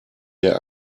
der